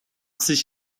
sich